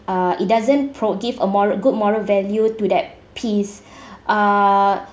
uh it doesn't pro~ give a moral good moral value to that piece uh